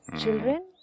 Children